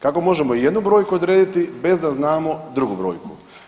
Kako možemo jednu brojku odrediti bez da znamo drugu brojku.